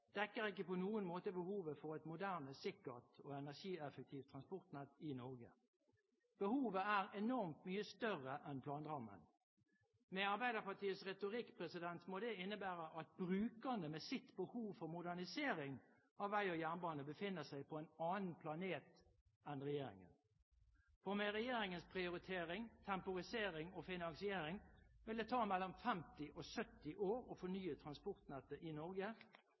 følger – dekker ikke på noen måte behovet for et moderne, sikkert og energieffektivt transportnett i Norge. Behovet er enormt mye større enn planrammen. Med Arbeiderpartiets retorikk må det innebære at brukerne med sitt behov for modernisering av vei og jernbane befinner seg på en annen planet enn regjeringen, for med regjeringens prioritering, temporisering og finansiering vil det ta mellom 50 og 70 år å fornye transportnettet i Norge.